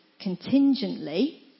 contingently